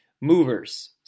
Movers